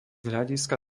hľadiska